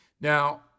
Now